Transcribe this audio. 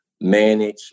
manage